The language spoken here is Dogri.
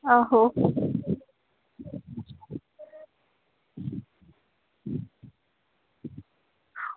आहो